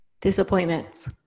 disappointments